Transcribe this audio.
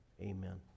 Amen